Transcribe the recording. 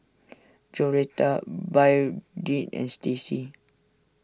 Joretta Byrdie and Stacy